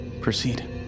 proceed